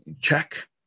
check